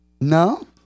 No